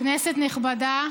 כנסת נכבדה,